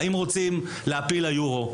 האם רוצים להעפיל ליורו?